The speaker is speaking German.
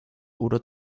oder